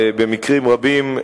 במקרים רבים,